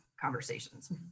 conversations